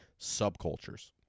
subcultures